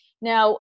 Now